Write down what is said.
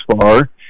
far